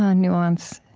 ah nuance.